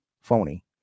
phony